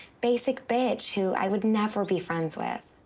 basic bitch who i would never be friends with.